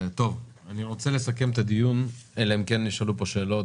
אני רוצה לסכם את הדיון אלא אם כן נשאלו כאן שאלות